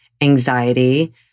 anxiety